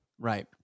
Right